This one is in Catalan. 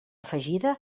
afegida